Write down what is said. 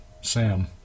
Sam